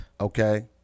Okay